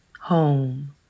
home